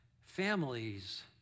families